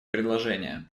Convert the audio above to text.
предложения